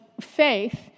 faith